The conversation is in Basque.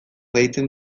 deitzen